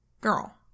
girl